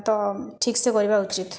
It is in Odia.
ତ ଠିକ ସେ କରିବା ଉଚିତ